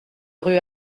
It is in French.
rue